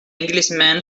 englishman